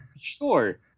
Sure